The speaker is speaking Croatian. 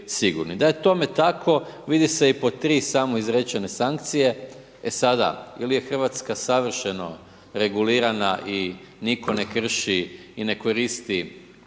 Da je tome tako vidi se i po tri samoizrečene sankcije. E sada, ili je Hrvatska savršeno regulirana i nitko ne krši i ne koristi